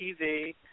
TV